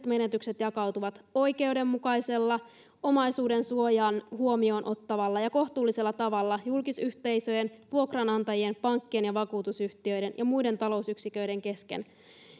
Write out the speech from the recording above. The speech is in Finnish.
menetykset jakautuvat oikeudenmukaisella omaisuudensuojan huomioon ottavalla ja kohtuullisella tavalla julkisyhteisöjen vuokranantajien pankkien ja vakuutusyhtiöiden ja muiden talousyksiköiden kesken